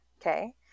okay